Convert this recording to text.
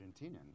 Argentinian